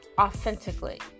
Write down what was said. authentically